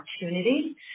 opportunity